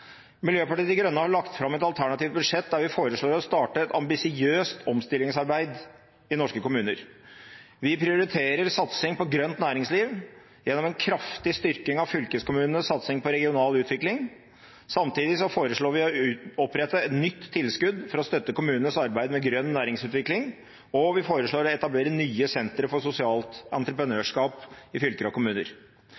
Miljøpartiet De Grønne har lagt fram et alternativt budsjett der vi foreslår å starte et ambisiøst omstillingsarbeid i norske kommuner. Vi prioriterer satsing på grønt næringsliv gjennom en kraftig styrking av fylkeskommunenes satsing på regional utvikling. Samtidig foreslår vi å opprette et nytt tilskudd for å støtte kommunenes arbeid med grønn næringsutvikling, og vi foreslår å etablere nye sentre for sosialt